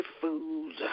fools